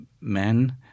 men